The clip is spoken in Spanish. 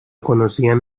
conocían